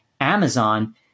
Amazon